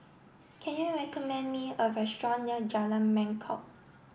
can you recommend me a restaurant near Jalan Mangkok